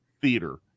theater